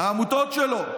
העמותות שלו.